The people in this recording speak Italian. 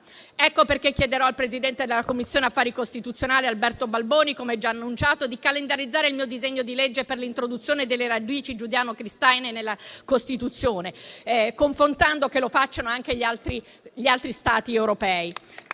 Ecco perché chiederò al presidente della Commissione affari costituzionali, senatore Alberto Balboni - come già annunciato - di calendarizzare il mio disegno di legge per l'introduzione delle radici giudaico cristiane in Costituzione, confidando che lo facciano anche gli altri Stati europei.